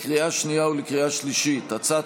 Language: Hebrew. לקריאה שנייה ולקריאה שלישית: הצעת